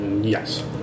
Yes